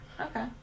Okay